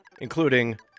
including